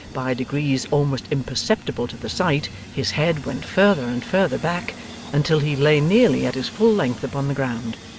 by degrees almost imperceptible to the sight, his head went further and further back until he lay nearly at his full length upon the ground,